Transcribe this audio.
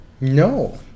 No